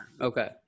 Okay